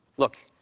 look,